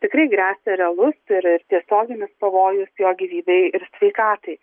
tikrai gresia realus ir ir tiesioginis pavojus jo gyvybei ir sveikatai